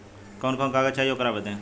कवन कवन कागज चाही ओकर बदे?